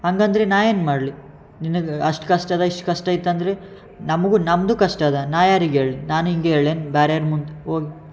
ಹಂಗಂದ್ರೆ ನಾನು ಏನು ಮಾಡಲಿ ನಿನಗೆ ಅಷ್ಟು ಕಷ್ಟ ಅದ ಇಷ್ಟು ಕಷ್ಟ ಇತ್ತೆಂದರೆ ನಮ್ಗೂ ನಮ್ಮದೂ ಕಷ್ಟ ಅದಾ ನಾನು ಯಾರಿಗೆ ಹೇಳ್ಳಿ ನಾನು ಹಿಂಗೆ ಹೇಳಿ ಏನು ಬೇರೆಯೋರ ಮುಂದೆ ಹೋಗಿ